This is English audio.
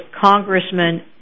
Congressman